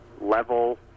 level